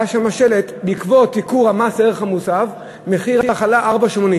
היה שם שלט: בעקבות ייקור מס ערך מוסף מחיר החלה 4.80